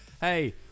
Hey